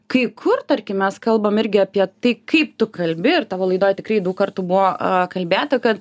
kai kur tarkim mes kalbam irgi apie tai kaip tu kalbi ir tavo laidoj tikrai daug kartų buvo kalbėta kad